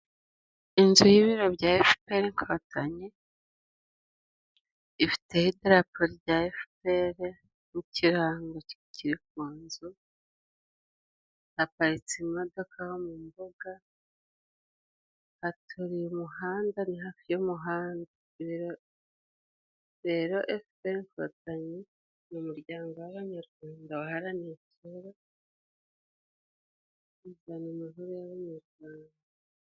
Inzu y'ibiro bya Efupere inkotanyi ifiteho idarapo rya Efupere n'ikirango kikiri ku nzu, haparitse imodoka aho mu mbuga, haturiye umuhanda, ni hafi y'umuhanda. Rero Efupere inkotanyi ni umuryango w'abanyarwanda waharaniye kera kuzana amahoro y'abanyarwanda.